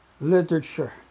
literature